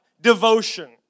devotion